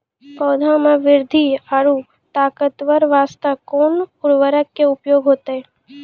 पौधा मे बृद्धि और ताकतवर बास्ते कोन उर्वरक के उपयोग होतै?